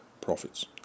profits